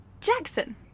Jackson